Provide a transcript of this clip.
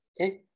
Okay